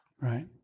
right